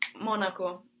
Monaco